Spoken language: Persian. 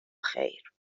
خیر